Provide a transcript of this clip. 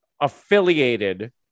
affiliated